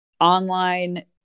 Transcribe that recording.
online